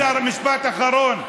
משפט אחרון.